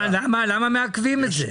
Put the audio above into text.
למה מעכבים את זה?